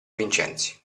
vincenzi